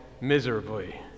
miserably